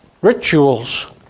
rituals